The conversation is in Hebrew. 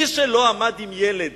מי שלא עמד עם ילד